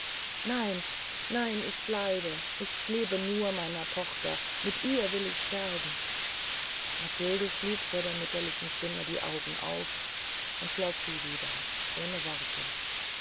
nein nein ich bleibe ich lebte nur in meiner tochter mit ihr will ich sterben matilde schlug vor der mütterlichen stimme die augen auf und schloß sie wieder ohne worte